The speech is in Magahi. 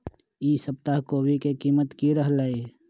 ई सप्ताह कोवी के कीमत की रहलै?